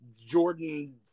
jordan